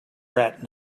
rat